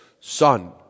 son